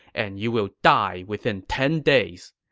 and you will die within ten days.